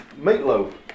Meatloaf